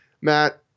Matt